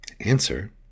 Answer